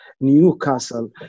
Newcastle